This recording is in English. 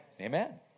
Amen